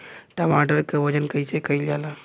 टमाटर क वजन कईसे कईल जाला?